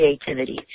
creativity